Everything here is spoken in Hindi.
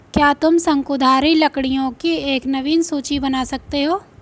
क्या तुम शंकुधारी लकड़ियों की एक नवीन सूची बना सकते हो?